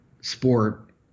sport